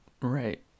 Right